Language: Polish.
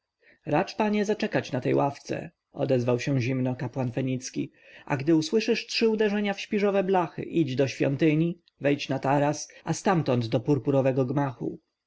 racz panie zaczekać na tej ławce odezwał się zimno kapłan fenicki a gdy usłyszysz trzy uderzenia w śpiżowe blachy idź do świątyni wejdź na taras a stamtąd do purpurowego gmachu